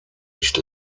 nicht